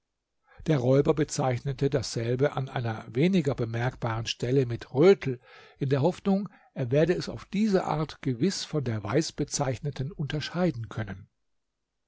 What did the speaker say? der räuber bezeichnete dasselbe an einer weniger bemerkbaren stelle mit rötel in der hoffnung er werde es auf diese art gewiß von der weißbezeichneten unterscheiden können